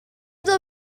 the